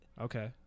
Okay